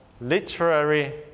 literary